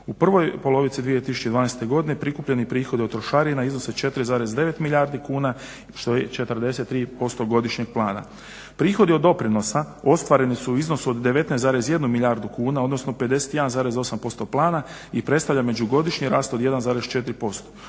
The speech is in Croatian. U prvoj polovici 2012.godine prikupljeni prihodi od trošarina iznose 4,9 milijardi kuna što je 43% godišnjeg plana. Prihodi od doprinosa ostvareni su u iznosu od 19,1 milijardu kuna odnosno 51,8% plana i predstavlja međugodišnji rast od 1,4%.